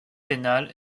pénal